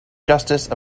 justice